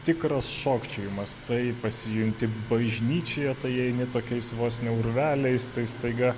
tikras šokčiojimas tai pasijunti bažnyčioje tai eini tokiais vos ne urveliais tai staiga